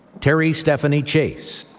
terri stephanie chase,